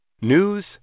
News